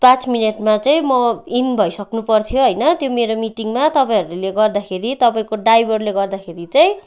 पाँच मिनटमा चाहिँ म इन भइसक्नु पपर्थ्यो होइन त्यो मेरो मिटिङमा तपाईँहरूले गर्दाखेरि तपाईँको ड्राइभरले गर्दाखेरि चाहिँ